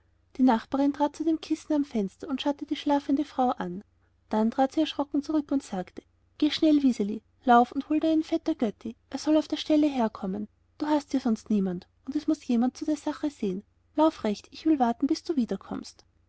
die nachbarin trat zu dem kissen am fenster und schaute die schlafende frau an dann trat sie erschrocken zurück und sagte geh schnell wiseli lauf und hol deinen vetter götti er soll auf der stelle herkommen du hast ja sonst niemand und es muß jemand zu der sache sehen lauf recht ich will warten bis du